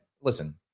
listen